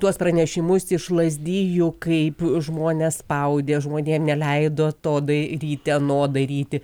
tuos pranešimus iš lazdijų kaip žmones spaudė žmonėm neleido to daryti ano daryti